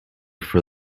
for